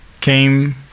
came